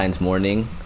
morning